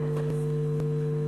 לרשותך.